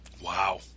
Wow